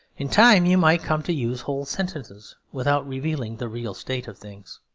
in time you might come to use whole sentences without revealing the real state of things.